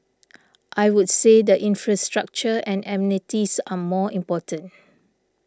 I would say the infrastructure and amenities are more important